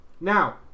Now